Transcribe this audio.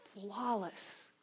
flawless